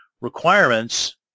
requirements